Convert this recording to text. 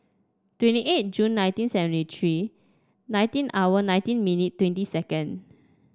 twenty eight June nineteen seventy three nineteen hour nineteen minute twenty second